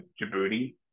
Djibouti